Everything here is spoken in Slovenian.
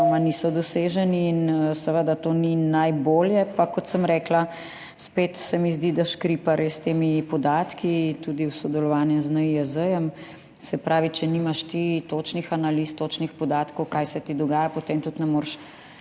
niso doseženi in seveda to ni najbolje. Kot sem rekla, spet se mi zdi, da res škripa s temi podatki, tudi v sodelovanju z NIJZ, se pravi, če nimaš točnih analiz, točnih podatkov, kaj se ti dogaja, potem tudi ne moreš